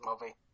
movie